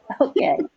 Okay